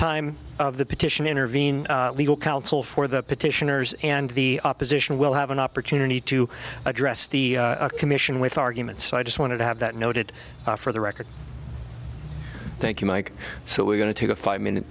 time of the petition intervene legal counsel for the petitioners and the opposition will have an opportunity to address the commission with arguments so i just wanted to have that noted for the record thank you mike so we're going to take a five minute